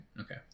Okay